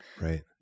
Right